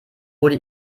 wurde